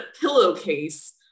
pillowcase